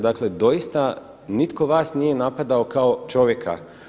Dakle, doista nitko vas nije napadao kao čovjeka.